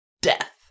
death